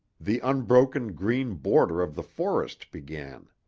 the unbroken green border of the forest began.